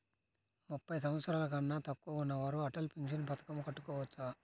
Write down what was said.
ముప్పై సంవత్సరాలకన్నా తక్కువ ఉన్నవారు అటల్ పెన్షన్ పథకం కట్టుకోవచ్చా?